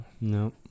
No